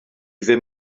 ddim